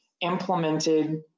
implemented